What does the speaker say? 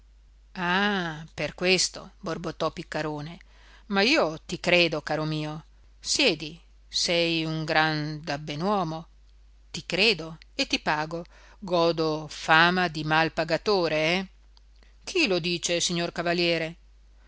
ah per questo borbottò piccarone ma io ti credo caro mio siedi sei un gran dabbenuomo ti credo e ti pago godo fama di mal pagatore eh chi lo dice signor cavaliere